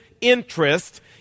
interest